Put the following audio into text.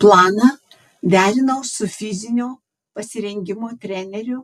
planą derinau su fizinio pasirengimo treneriu